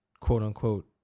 quote-unquote